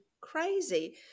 crazy